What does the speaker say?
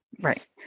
Right